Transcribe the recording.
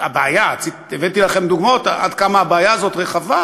הבעיה, הבאתי לכם דוגמאות עד כמה הבעיה הזאת רחבה.